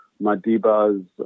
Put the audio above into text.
Madiba's